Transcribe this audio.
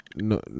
No